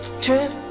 trip